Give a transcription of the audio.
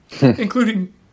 Including